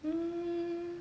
mm